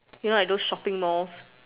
you know like those shopping malls